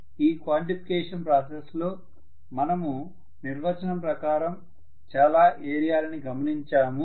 ఈ quantification process లో మనము నిర్వచనం ప్రకారం చాలా ఏరియాలని గమనించాము